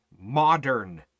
modern